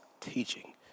teaching